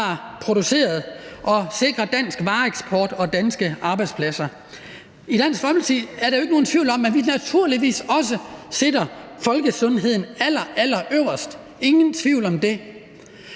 produceret og sikret dansk vareeksport og danske arbejdspladser. Der skal ikke herske nogen tvivl om, at vi i Dansk Folkeparti naturligvis også sætter folkesundheden allerallerøverst – ingen tvivl om det